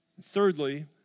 Thirdly